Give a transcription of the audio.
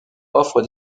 offre